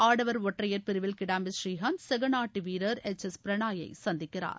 ஆடவர் ஒற்றையர் பிரிவில் கிடாம்பி ஸ்ரீகாந்த் சக நாட்டு வீரர் எச் எஸ் பிரணாயை சந்திக்கிறார்